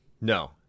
No